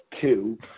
two